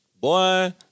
boy